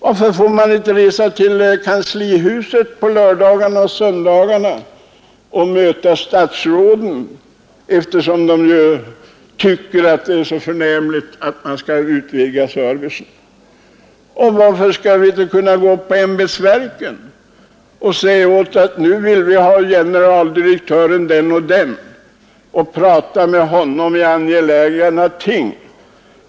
Varför får man inte komma in i kanslihuset på lördagarna och söndagarna och träffa statsråden, när de nu tycker att det är så förnämligt med en utvidgad service? Varför kan man inte gå upp på ämbetsverken och be att få tala med generaldirektören om angelägna ting?